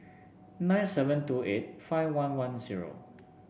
nine seven two eight five one one zero